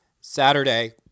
Saturday